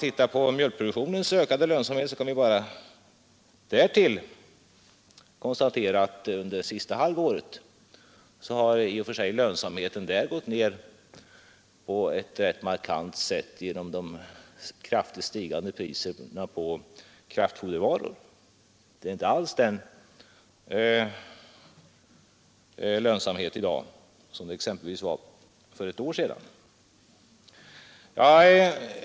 Ser man på mjölkproduktionens ökade lönsamhet kan man där konstatera att lönsamheten under det sista halvåret gått ner markant genom de kraftigt stigande priserna på kraftfoder. Det är inte alls samma lönsamhet i dag som för exempelvis ett år sedan.